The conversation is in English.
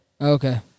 Okay